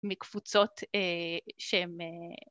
מקבוצות שהם...